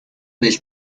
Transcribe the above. del